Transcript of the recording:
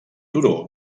turó